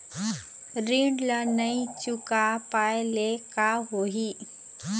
ऋण ला नई चुका पाय ले का होही?